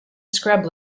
scrub